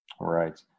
Right